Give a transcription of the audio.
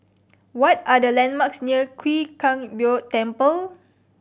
what are the landmarks near Chwee Kang Beo Temple